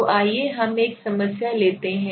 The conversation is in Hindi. तो आइए हम एक समस्या लेते हैं